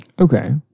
Okay